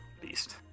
Beast